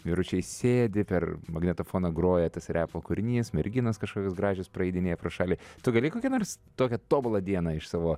vyručiai sėdi per magnetofoną groja tas repo kūrinys merginos kažkokios gražios praeidinėja pro šalį tu gali kokią nors tokią tobulą dieną iš savo